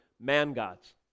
man-gods